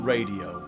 Radio